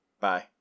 Bye